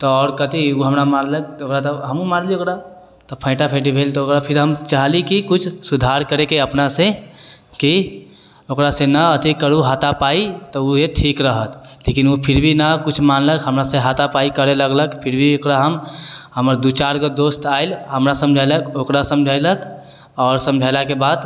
तऽ आओर कथी हमरा ओ मारलक तऽ हमहूँ मारलिए ओकरा तऽ फाइटा फाइटी भेल तऽ ओकरा फेर हम चाहली कि किछु सुधार करैके अपनासँ कि ओकरासँ नहि अथी करू हाथापाइ तऽ वएह ठीक रहत लेकिन ओ फिर भी नहि किछु मानलक हमरासँ हाथापाइ करै लगलक फिर भी ओकरा हम हमर दुइ चारि गो दोस्त आएल हमरा समझेलक ओकरा समझेलक आओर समझेलाके बाद